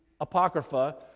Apocrypha